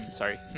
sorry